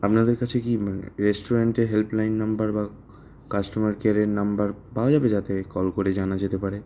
আপনাদের কাছে কি মানে রেস্টুরেন্টের হেল্পলাইন নম্বর বা কাস্টমার কেয়ারের নম্বর পাওয়া যাবে যাতে কল করে জানা যেতে পারে